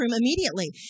immediately